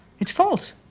it's false,